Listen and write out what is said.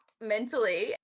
mentally